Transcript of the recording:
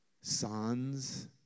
sons